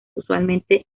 usualmente